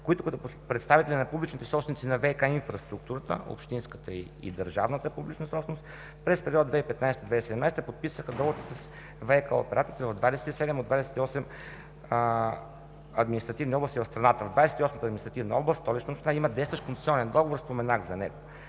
които, като представители на публичните собственици на ВиК инфраструктурата – общинската и държавната публична собственост, през периода 2015 г. – 2017 г., подписаха договорите с ВиК операторите в 27 от 28 административни области в страната. За 28-та административна област – Столична община, има действащ концесионен договор, споменах за него.